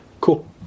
Cool